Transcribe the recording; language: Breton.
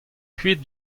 kuit